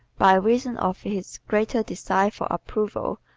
by reason of his greater desire for approval,